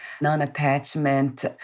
non-attachment